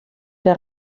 der